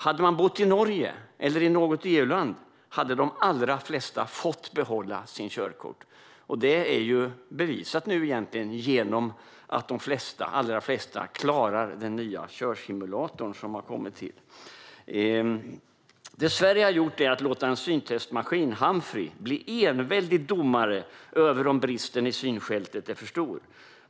Hade de bott i Norge eller i något EU-land hade de allra flesta fått behålla sitt körkort. Det är egentligen bevisat nu genom att de allra flesta klarar sig i den nya körsimulator som har kommit till. Det Sverige har gjort är att låta en syntestmaskin, Humphrey, bli enväldig domare i fråga om huruvida bristen i synfältet är för stor.